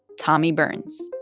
tommy burns